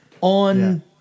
on